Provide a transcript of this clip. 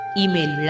email